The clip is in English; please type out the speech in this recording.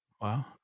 Wow